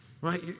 right